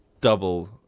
double